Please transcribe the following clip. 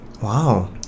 wow